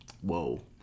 Whoa